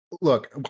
look